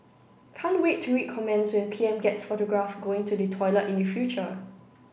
can't wait to read comments when P M gets photographed going to the toilet in the future